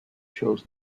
chose